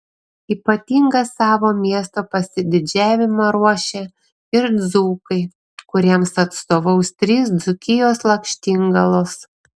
ypatingą savo miesto pasididžiavimą ruošia ir dzūkai kuriems atstovaus trys dzūkijos lakštingalos